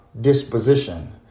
disposition